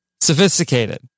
Sophisticated